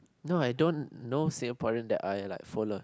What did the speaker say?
no I don't know Singaporean that I like followed